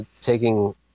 taking